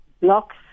blocks